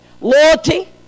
Loyalty